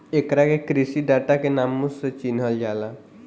एकरा के कृषि डाटा के नामो से चिनहल जाला